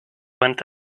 went